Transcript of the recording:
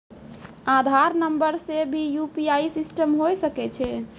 आधार नंबर से भी यु.पी.आई सिस्टम होय सकैय छै?